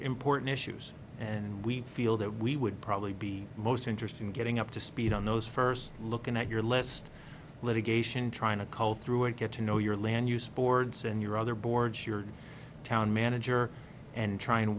important issues and we feel that we would probably be most interesting getting up to speed on those first looking at your list litigation trying to cull through it get to know your land use boards and your other boards your town manager and try and